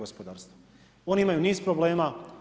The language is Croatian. Oni imaju niz problema.